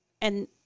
and-